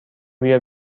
بیا